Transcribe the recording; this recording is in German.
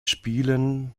spielen